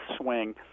swing